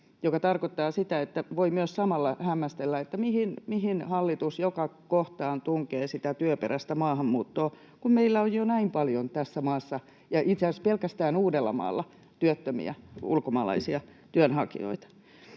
mikä tarkoittaa sitä, että voi myös samalla hämmästellä, mihin hallitus, joka kohtaan tunkee sitä työperäistä maahanmuuttoa, kun meillä on jo näin paljon tässä maassa ja itse asiassa pelkästään Uudellamaalla työttömiä ulkomaalaisia työnhakijoita.